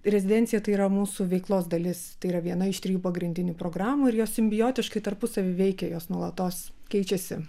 rezidencija tai yra mūsų veiklos dalis tai yra viena iš trijų pagrindinių programų ir jos simbioziškai tarpusavy veikia jos nuolatos keičiasi